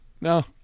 no